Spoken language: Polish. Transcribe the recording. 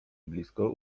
blisko